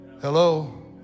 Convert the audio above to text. Hello